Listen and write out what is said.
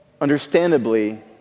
Understandably